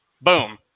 boom